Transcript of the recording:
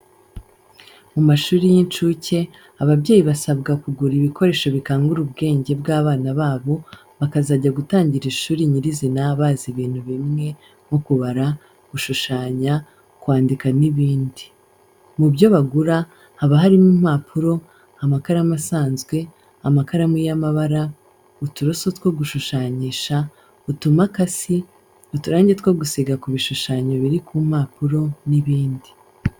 Mu mashuri y'incuke, ababyeyi basabwa kugura ibikoresho bikangura ubwenge bw'abana babo, bakazajya gutangira ishuri nyirizina bazi ibintu bimwe nko kubara, gushushanya, kwandika n'ibindi. Mu byo bagura haba harimo impapuro, amakaramu asanzwe, amakaramu y'amabara, uturoso two gushushanyisha, utumakasi, uturange two gusiga ku bishushanyo biri ku mpapuro n'ibindi.